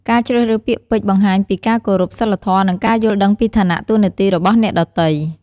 ការជ្រើសរើសពាក្យពេចន៍បង្ហាញពីការគោរព សីលធម៌ និងការយល់ដឹងពីឋានៈតួនាទីរបស់អ្នកដទៃ។